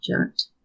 object